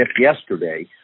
yesterday